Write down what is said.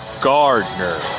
Gardner